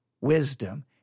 wisdom